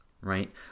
right